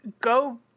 go